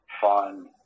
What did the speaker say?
fun